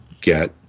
get